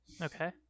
Okay